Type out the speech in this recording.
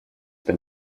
been